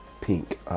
Pink